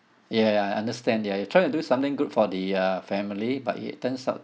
ya ya I understand ya you try to do something good for the uh family but it turns out